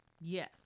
Yes